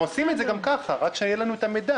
הם עושים את זה גם כך, רק שיהיה לנו את המידע.